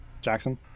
Jackson